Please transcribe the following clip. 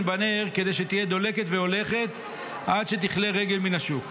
בנר כדי שתהיה דולקת והולכת עד שתכלה רגל מן השוק.